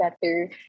better